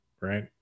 Right